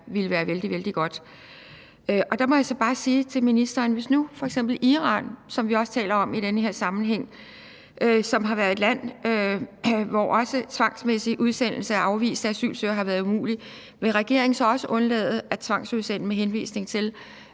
ville være vældig, vældig godt. Der må jeg så bare spørge ministeren til f.eks. Iran, som vi også taler om i den her sammenhæng, og som har været et land, hvortil også tvangsmæssig udsendelse af afviste asylsøgere har været umulig: Vil regeringen så også undlade at tvangsudsende til Iran med henvisning til,